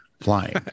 Flying